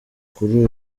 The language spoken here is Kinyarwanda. kuri